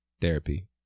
therapy